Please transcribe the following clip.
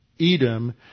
Edom